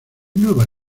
nueva